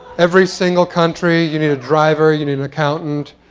every single country you need a driver. you need an accountant.